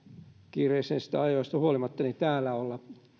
kiireisistä ajoista huolimatta täällä olla